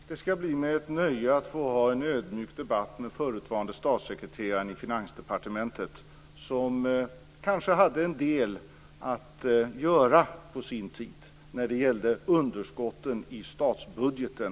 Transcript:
Fru talman! Det skall bli mig ett nöje att få ha en ödmjuk debatt med förutvarande statssekreteraren i Finansdepartementet, som på sin tid kanske hade en del att göra med underskotten i statsbudgeten.